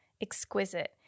exquisite